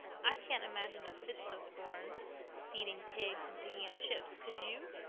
i couldn't imagine a fitzosborne feeding pigs and picking up chips, could you?